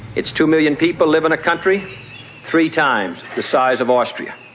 its two million people live in a country three times the size of austria.